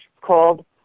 called